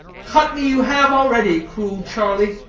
cut me you have already, cruel charlie,